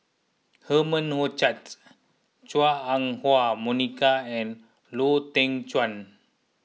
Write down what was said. Herman Hochstadts Chua Ah Huwa Monica and Lau Teng Chuan